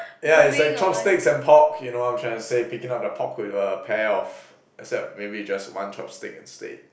yeah it's like chopsticks and pork you know what I'm trying to say picking up the pork with a pair of except maybe just one chopstick instead